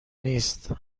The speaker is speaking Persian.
نیست